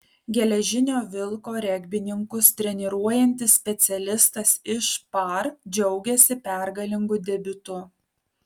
geležinio vilko regbininkus treniruojantis specialistas iš par džiaugiasi pergalingu debiutu